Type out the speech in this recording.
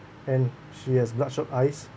and she has bloodshot eyes